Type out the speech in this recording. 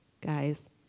guys